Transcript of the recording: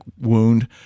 wound